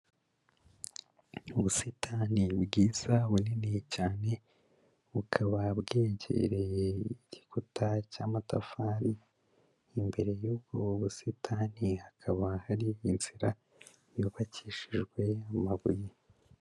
Ubusitani bwiza bunini cyane, bukaba bwegereye igikuta cy'amatafari, imbere y'ubwo busitani hakaba hari inzira, yubakishijwe amabuye.